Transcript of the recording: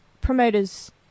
promoters